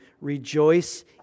rejoice